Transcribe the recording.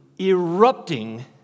erupting